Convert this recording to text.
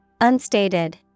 Unstated